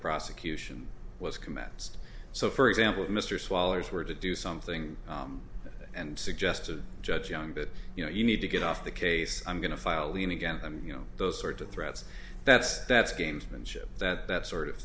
prosecution was commenced so for example mr swallowers were to do something and suggested judge young that you know you need to get off the case i'm going to file lean again i mean you know those sort of threats that's that's gamesmanship that that sort of